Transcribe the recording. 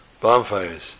Bonfires